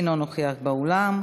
אינו נוכח באולם.